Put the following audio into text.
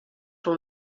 from